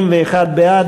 21 בעד,